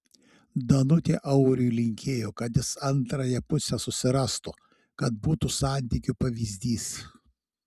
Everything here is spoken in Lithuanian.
danutė auriui linkėjo kad jis antrąją pusę susirastų kad būtų santykių pavyzdys